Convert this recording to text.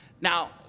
Now